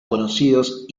conocidos